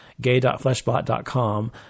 gay.fleshbot.com